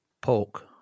Pork